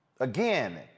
Again